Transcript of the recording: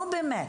נו, באמת.